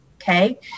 Okay